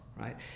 right